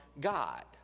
God